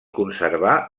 conservar